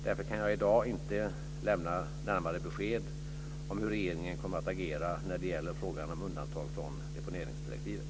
Därför kan jag i dag inte lämna närmare besked om hur regeringen kommer att agera när det gäller frågan om undantag från deponeringsdirektivet.